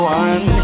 one